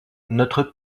notre